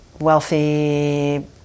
wealthy